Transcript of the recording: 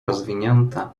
rozwinięte